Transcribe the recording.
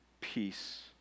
peace